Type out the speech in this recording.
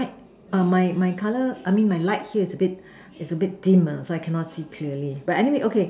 err mine mine color I mean my light here is a bit is a bit dim uh so I cannot see clearly but anyway okay